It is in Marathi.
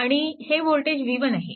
आणि हे वोल्टेज v1 आहे